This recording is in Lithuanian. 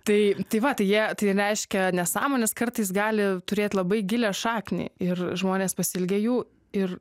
tai tai va tai jie tai reiškia nesąmonės kartais gali turėt labai gilią šaknį ir žmonės pasiilgę jų ir